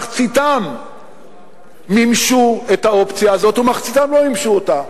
מחציתם מימשו את האופציה הזאת ומחציתם לא מימשו אותה,